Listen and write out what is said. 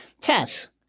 Tess